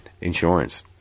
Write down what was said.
insurance